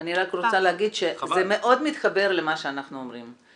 אני רק רוצה להגיד שזה מאוד מתחבר למה שאנחנו אומרים,